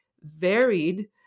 varied